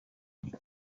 they